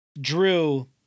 Drew